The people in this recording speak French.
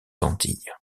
antilles